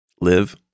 Live